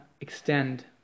extend